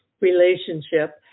relationship